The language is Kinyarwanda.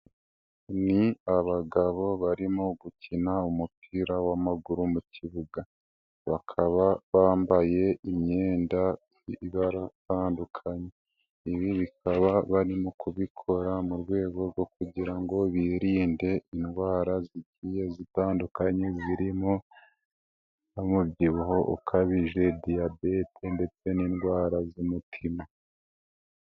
Ni abagabo barimo gukina umupira w'amaguru mu kibuga. Bakaba bambaye imyenda iba itandukanye. Ibi bakaba barimo kubikora mu rwego rwo kugira ngo birinde indwara zigiye zitandukanye. Zirimo: umubyibuho ukabije, diyabete ndetse n'indwara z'umutima.